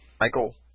Michael